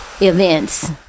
events